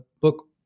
book